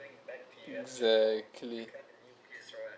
exactly